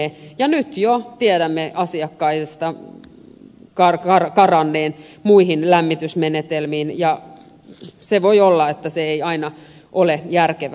ja nyt jo tiedämme asiakkaiden karanneen muihin lämmitysmenetelmiin ja voi olla että se ei aina ole järkevää